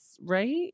Right